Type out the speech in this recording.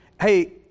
Hey